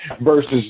versus